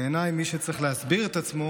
בעיניי מי שצריך להסביר את עצמו